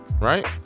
Right